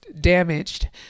damaged